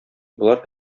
болар